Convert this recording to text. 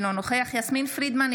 אינו נוכח יסמין פרידמן,